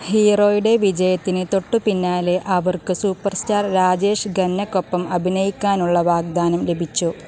ഹീറോയുടെ വിജയത്തിന് തൊട്ടുപിന്നാലെ അവർക്ക് സൂപ്പർ സ്റ്റാർ രാജേഷ് ഖന്നയ്ക്കൊപ്പം അഭിനയിക്കാനുള്ള വാഗ്ദാനം ലഭിച്ചു